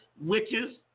witches